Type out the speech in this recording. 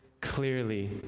clearly